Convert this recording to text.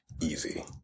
easy